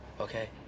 okay